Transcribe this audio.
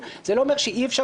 זה מאוד מרתיע.